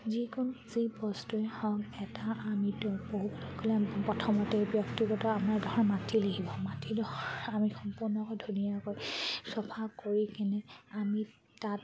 যিকোনো যি বস্তুৱেই হওক এটা আমিতো বহুত বুলি ক'লে প্ৰথমতে ব্যক্তিগত আমাৰ ধৰ মাটি লাগিব মাটিডোখৰ আমি সম্পূৰ্ণকৈ ধুনীয়াকৈ চফা কৰি কেনে আমি তাত